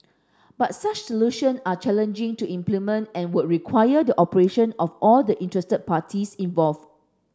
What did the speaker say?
but such solution are challenging to implement and would require the cooperation of all the interested parties involved